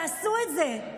תעשו את זה.